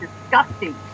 disgusting